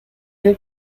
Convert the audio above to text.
qué